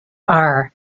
are